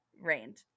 rained